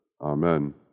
Amen